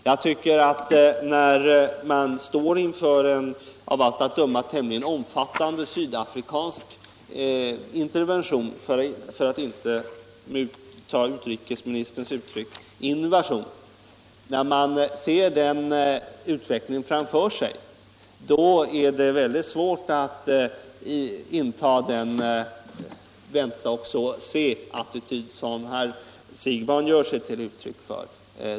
Jag tycker att när man står inför en av allt att döma tämligen omfattande sydafrikansk intervention — för att inte ta utrikesministerns uttryck ”invasion” — och ser den utvecklingen framför sig, är det svårt att inta den vänta-och-se-attityd som herr Siegbahn gör sig till tolk för.